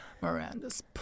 Miranda's